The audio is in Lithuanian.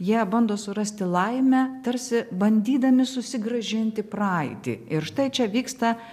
jie bando surasti laimę tarsi bandydami susigrąžinti praeitį ir štai čia vyksta